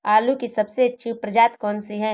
आलू की सबसे अच्छी प्रजाति कौन सी है?